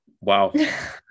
wow